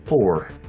Poor